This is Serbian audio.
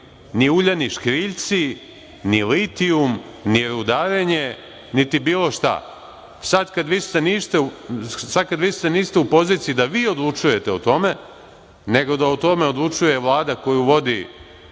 ni uljani škriljci, ni litijum, ni rudarenje, niti bilo šta. Sad kad više niste u poziciji da vi odlučujete o tome, nego da o tome odlučuje Vlada koju vodi